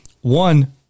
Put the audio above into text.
one